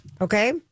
Okay